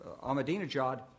Ahmadinejad